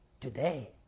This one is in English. today